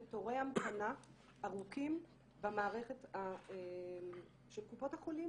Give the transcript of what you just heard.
לתורי המתנה ארוכים במערכת של קופות החולים,